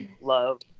Love